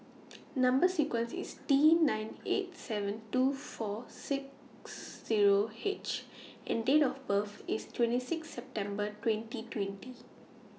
Number sequence IS T nine eight seven two four six Zero H and Date of birth IS twenty six September twenty twenty